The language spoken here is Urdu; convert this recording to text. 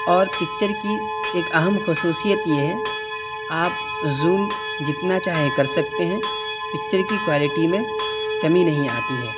اور پکچر کی ایک اہم خصوصیت یہ ہے آپ زوم جتنا چاہے کر سکتے ہیں پکچر کی کوالیٹی میں کمی نہیں آتی ہے